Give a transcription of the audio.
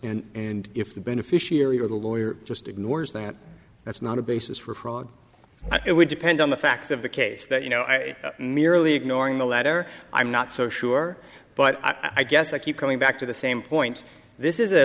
notifiers and if the beneficiary or the lawyer just ignores that that's not a basis for fraud it would depend on the facts of the case that you know merely ignoring the letter i'm not so sure but i guess i keep coming back to the same point this is a